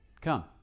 Come